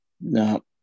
no